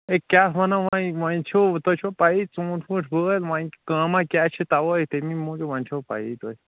A کیٛاہ وَنو وۄنۍ وۄنۍ چھُو تۄہہِ چھو پیی ژوٗنٛٹھۍ ووٗنٛٹھۍ وٲلۍ وۄنۍ کٲما کیٛاہ چھِ تَوَے تَمی موٗجوٗب وۄنۍ چھو پیی تۄہہِ